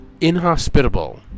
inhospitable